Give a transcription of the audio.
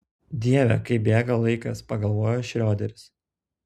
dieve kaip bėga laikas pagalvojo šrioderis